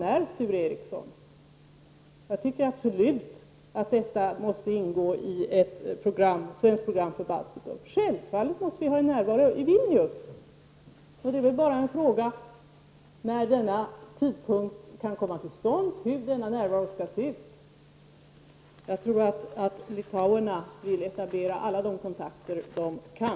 Detta bör absolut ingå i ett svenskt program för Baltikum. Självfallet måste vi ha en närvaro i Vilnius, och frågan är bara vid vilken tidpunkt denna närvaro kan komma till stånd. Jag tror att litauerna vill etablera alla de kontakter de kan.